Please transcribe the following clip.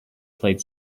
played